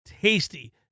tasty